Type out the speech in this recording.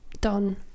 done